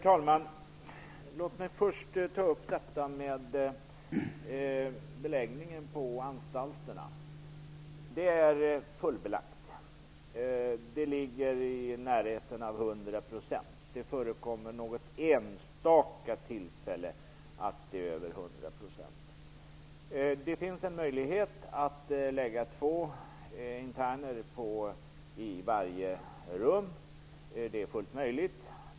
Herr talman! Först gäller det beläggningen på anstalterna. Där är det alltså belagt till närmare hundra procent och vid något enstaka tillfälle mer än så. Det finns dock möjligheter att låta två interner dela rum. Detta är fullt möjligt.